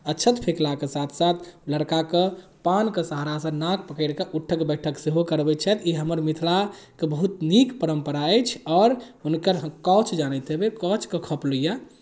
अक्षत फेँकलाके साथ साथ लड़काकेँ पानके सहारासँ नाक पकड़ि कऽ उठक बैठक सेहो करबै छथि ई हमर मिथिला के बहुत नीक परम्परा अछि आओर हुनकर अहाँ काछु जानैत हेबै काछुके खपलोइआ